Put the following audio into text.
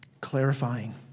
clarifying